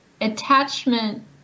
attachment